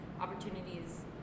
opportunities